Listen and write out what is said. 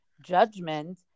judgment